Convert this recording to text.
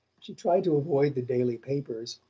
she tried to avoid the daily papers,